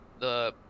the-